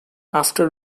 after